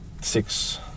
six